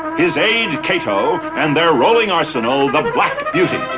his aide kato and their rolling arsenal the black beauty.